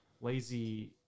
lazy